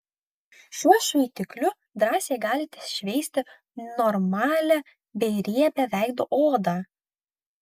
šiuo šveitikliu drąsiai galite šveisti normalią bei riebią veido odą